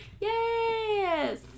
Yes